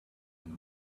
and